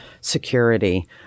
security